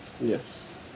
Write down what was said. Yes